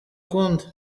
ukundi